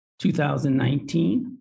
2019